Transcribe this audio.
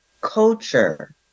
culture